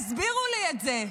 תסבירו לי את זה.